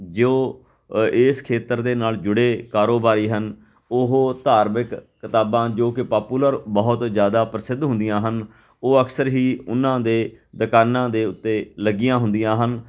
ਜੋ ਇਸ ਖੇਤਰ ਦੇ ਨਾਲ ਜੁੜੇ ਕਾਰੋਬਾਰੀ ਹਨ ਉਹ ਧਾਰਮਿਕ ਕਿਤਾਬਾਂ ਜੋ ਕਿ ਪਾਪੂਲਰ ਬਹੁਤ ਜ਼ਿਆਦਾ ਪ੍ਰਸਿੱਧ ਹੁੰਦੀਆਂ ਹਨ ਉਹ ਅਕਸਰ ਹੀ ਉਹਨਾਂ ਦੇ ਦੁਕਾਨਾਂ ਦੇ ਉੱਤੇ ਲੱਗੀਆਂ ਹੁੰਦੀਆਂ ਹਨ